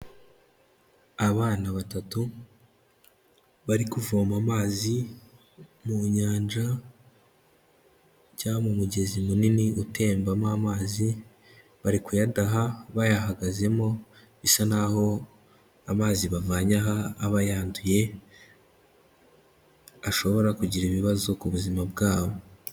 Abana batatu bari kuvoma amazi mu nyanja cyangwa mu mugezi munini utembamo amazi bari kuyadaha, bayahagazemo bisa naho amazi bavanye aha aba yanduye ashobora kugira ibibazo ku buzima bwabo.